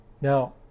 now